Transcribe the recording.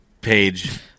page